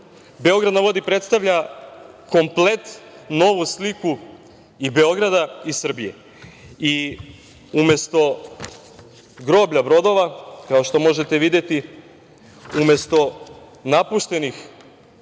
„Beograd na vodi“ predstavlja komplet novu sliku i Beograda i Srbije. Umesto groblja brodova, kao što možete videti, umesto napuštenih